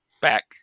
back